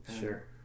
Sure